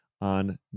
on